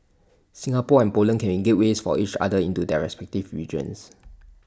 Singapore and Poland can be gateways for each other into their respective regions